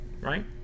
Right